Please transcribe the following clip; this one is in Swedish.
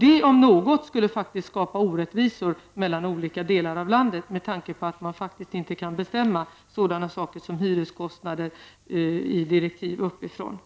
Det om något skulle skapa orättvisor mellan olika delar av landet med tanke på att det faktiskt inte går att bestämma sådana saker som hyror i direktiv uppifrån.